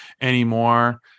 anymore